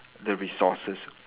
the resources